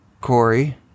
Corey